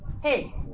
Hey